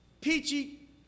peachy